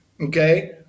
okay